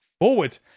forward